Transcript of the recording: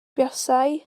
buasai